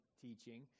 teaching